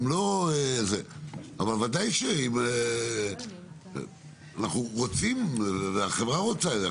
אבל בוודאי שאנחנו רוצים וחברה רוצה את זה.